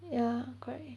ya correct